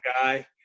guy